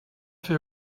fer